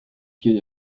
pied